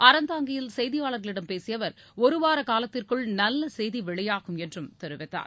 அறந்தாங்கியில் செய்தியாளர்களிடம் பேசிய அவர் ஒரு வாரக் காலத்திற்குள் நல்ல செய்தி வெளியாகும் என்றம் தெரிவித்தார்